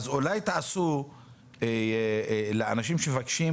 אולי תעשו תור מיוחד עבור אנשים שמבקשים